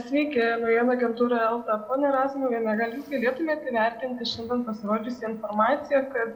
sveiki naujienų agentūra elta ponia razmuviene gal jūs galėtumėt įvertinti šiandien pasirodžiusią informaciją kad